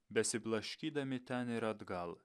besiblaškydami ten ir atgal